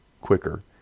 quicker